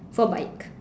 for bike